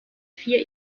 vier